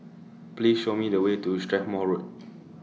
Please Show Me The Way to Strathmore Road